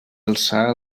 alçar